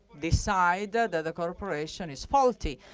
decide that the the corporation is faulty.